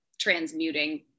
transmuting